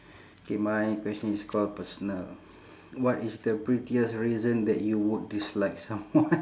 K my question is call personal what is the pettiest reason that you would dislike someone